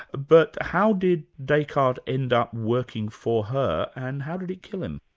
ah but how did descartes end up working for her, and how did it kill him?